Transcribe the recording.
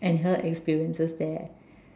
and her experiences there